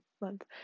month